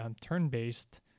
turn-based